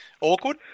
Awkward